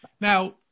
Now